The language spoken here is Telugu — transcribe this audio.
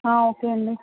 ఓకే అండి